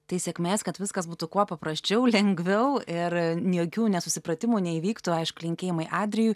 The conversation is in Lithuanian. tai sėkmės kad viskas būtų kuo paprasčiau lengviau ir jokių nesusipratimų neįvyktų aišku linkėjimai adrijui